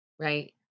right